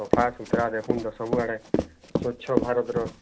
ସଫାସୁତରା ଦେଖନ୍ତୁଁ ସବୁଆଡ଼େ ସ୍ୱଚ୍ଛ ଭାରତର